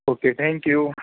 okay thank you